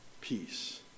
Peace